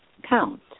count